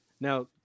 Now